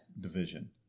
division